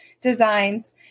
designs